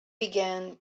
began